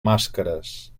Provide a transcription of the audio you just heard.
màscares